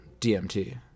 DMT